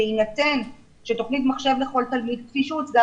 בהינתן שתוכנית מחשב לכל תלמיד - כפי שהוצגה